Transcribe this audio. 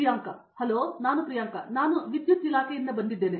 Priyanka hello ನಾನು ಪ್ರಿಯಾಂಕಾ ನಾನು ವಿದ್ಯುತ್ ಇಲಾಖೆಯಿಂದ ಬಂದಿದ್ದೇನೆ